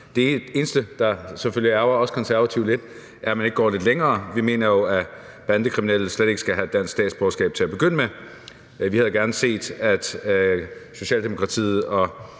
Det eneste, der selvfølgelig ærgrer os Konservative lidt, er, at man ikke går lidt længere. Vi mener jo, at bandekriminelle slet ikke skal have dansk statsborgerskab til at begynde med. Vi havde gerne set, at Socialdemokratiet og